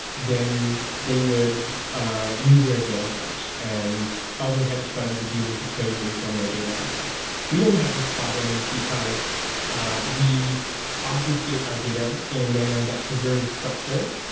then they would ah lose their advantage, and other hedge fund would be able to trade based on their data we don't have this problem, because we obfuscate our data in a manner that preserves structure,